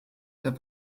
der